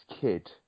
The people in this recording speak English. kid